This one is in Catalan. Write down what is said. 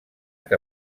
que